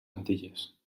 antilles